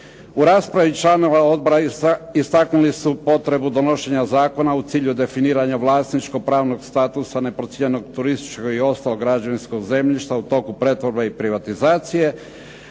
U raspravi članova odbora istaknuli su potrebu donošenja zakona u cilju definiranja vlasničkopravnog statusa neprocijenjenog turističkog i ostalog građevinskog zemljišta u toku pretvorbe i privatizacije.